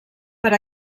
per